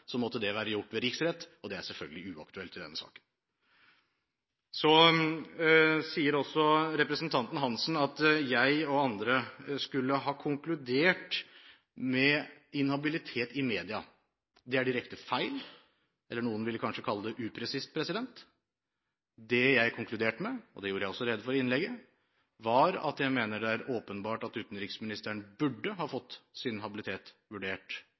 måtte det vært gjort ved riksrett. Det er selvfølgelig uaktuelt i denne saken. Representanten Hansen sier også at jeg og andre skulle ha konkludert med inhabilitet i media. Det er direkte feil – eller noen ville kanskje kalle det upresist. Det jeg konkluderte med – og det gjorde jeg også rede for i innlegget – var at jeg mener det er åpenbart at utenriksministeren burde ha fått sin habilitet vurdert,